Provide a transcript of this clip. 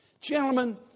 Gentlemen